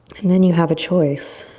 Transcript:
and then you have a choice.